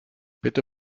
bitte